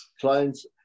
Clients